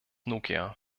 nokia